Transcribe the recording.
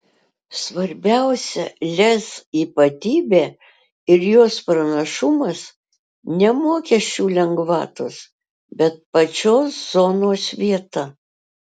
svarbiausia lez ypatybė ir jos pranašumas ne mokesčių lengvatos bet pačios zonos vieta